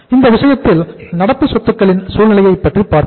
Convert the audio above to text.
இந்த விஷயத்தில் நடப்பு சொத்துக்களின் சூழ்நிலையைப் பற்றி பார்ப்போம்